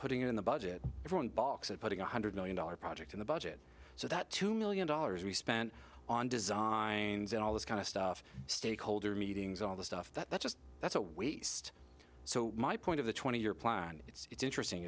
putting in the budget everyone barks at putting one hundred million dollars project in the budget so that two million dollars we spent on designs and all this kind of stuff stakeholder meetings all the stuff that's just that's a waste so my point of the twenty year plan it's interesting